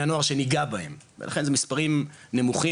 הנוער שניגע בהם ולכן זה מספרים נמוכים,